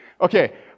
Okay